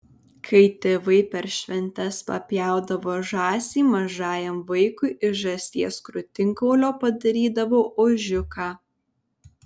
kai tėvai per šventes papjaudavo žąsį mažam vaikui iš žąsies krūtinkaulio padarydavo ožiuką